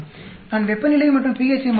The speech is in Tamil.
நான் வெப்பநிலை மற்றும் pH ஐ மாற்றுகிறேன்